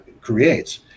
creates